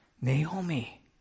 Naomi